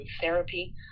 therapy